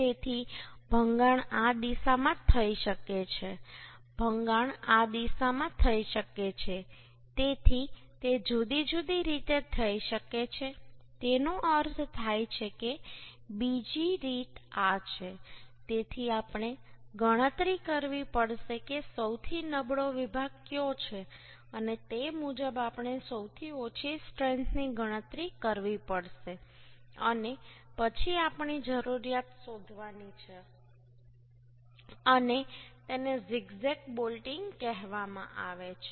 તેથી ભંગાણ આ દિશામાં થઈ શકે છે ભંગાણ આ દિશામાં થઈ શકે છે તેથી તે જુદી જુદી રીતે થઈ શકે છે તેનો અર્થ થાય છે કે બીજી રીત આ છે તેથી આપણે ગણતરી કરવી પડશે કે સૌથી નબળો વિભાગ કયો છે અને તે મુજબ આપણે સૌથી ઓછી સ્ટ્રેન્થ ની ગણતરી કરવી પડશે અને પછી આપણી જરૂરિયાત શોધવાની છે અને તેને ઝિગ ઝેગ બોલ્ટિંગ કહેવામાં આવે છે